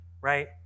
Right